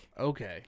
Okay